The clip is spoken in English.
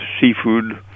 seafood